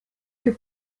que